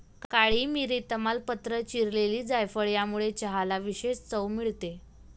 काळी मिरी, तमालपत्र, चिरलेली जायफळ यामुळे चहाला विशेष चव मिळते